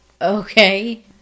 Okay